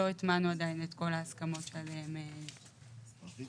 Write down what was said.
לא הטמענו עדיין את כל ההסכמות שעליהן דיברתם.